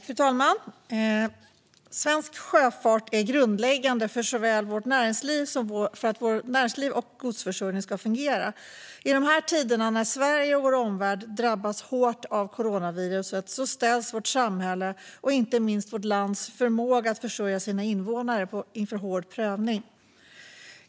Fru talman! Svensk sjöfart är grundläggande för att vårt näringsliv och vår godsförsörjning ska fungera. I dessa tider när Sverige och vår omvärld drabbas hårt av coronaviruset ställs vårt samhälle, och inte minst vårt lands förmåga att försörja sina invånare, inför hård prövning.